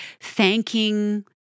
thanking